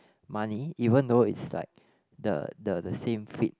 money even though it's like the the same fit